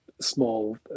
small